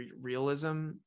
realism